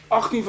18